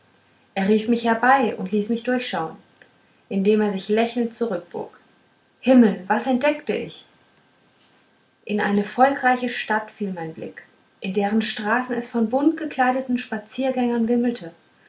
er rief mich herbei und ließ mich durchschauen indem er sich lächelnd zurückbog himmel was entdeckte ich in eine volkreiche stadt fiel mein blick in deren straßen es von buntgekleideten spaziergängern wimmelte